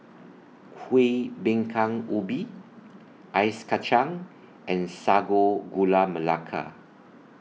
Kuih Bingka Ubi Ice Kacang and Sago Gula Melaka